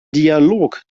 dialog